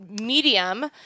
medium